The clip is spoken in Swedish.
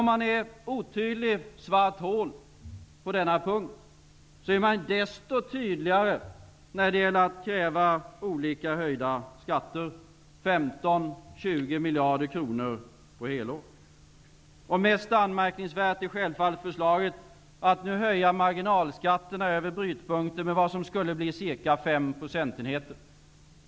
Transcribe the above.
Om man är ett otydligt svart hål på denna punkt, är man desto tydligare när det gäller att kräva olika höjda skatter på 15-20 miljarder kronor på helår. Mest anmärkningsvärt är självfallet förslaget att nu höja marginalskatterna över brytpunkten med vad som skulle bli ca 5 procentenheter.